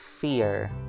fear